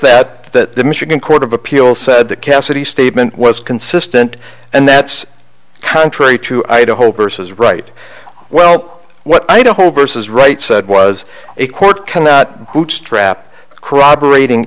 that that the michigan court of appeals said that cassady statement was consistent and that's contrary to idaho versus right well what i do hope versus right said was a court cannot bootstrap corroborating